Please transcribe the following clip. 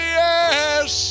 yes